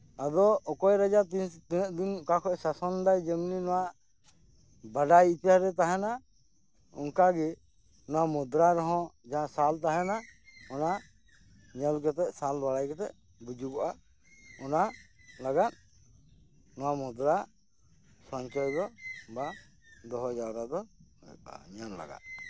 ᱟᱫᱚ ᱚᱠᱚᱭ ᱨᱟᱡᱟ ᱛᱤᱱᱟᱹᱜ ᱫᱤᱱ ᱚᱠᱟᱠᱷᱚᱱᱮ ᱥᱟᱥᱚᱱ ᱫᱟ ᱡᱮᱢᱱᱤ ᱱᱚᱣᱟ ᱵᱟᱰᱟᱭ ᱤᱛᱤᱦᱟᱥ ᱨᱮ ᱛᱟᱦᱮᱱᱟ ᱚᱱᱠᱟᱜᱤ ᱱᱚᱣᱟ ᱢᱩᱫᱽᱨᱟ ᱨᱮᱦᱚᱸ ᱡᱟᱦᱟᱸ ᱥᱟᱞ ᱛᱟᱦᱮᱱᱟ ᱚᱱᱟ ᱧᱮᱞ ᱠᱟᱴᱮᱜ ᱥᱟᱞ ᱵᱟᱲᱟᱭ ᱠᱟᱛᱮ ᱵᱩᱡᱩᱜᱚᱜᱼᱟ ᱚᱱᱟ ᱞᱟᱜᱟᱫ ᱱᱚᱣᱟ ᱢᱩᱫᱽᱨᱟ ᱥᱚᱧᱪᱚᱭ ᱫᱚ ᱫᱚᱦᱚ ᱡᱟᱣᱨᱟ ᱫᱚ ᱧᱮᱞ ᱞᱟᱜᱟᱜᱼᱟ